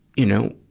you know,